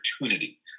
opportunity